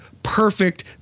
perfect